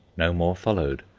no more followed,